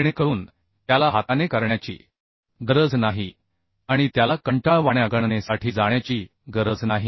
जेणेकरून त्याला हाताने करण्याची गरज नाही आणि त्याला कंटाळवाण्या गणनेसाठी जाण्याची गरज नाही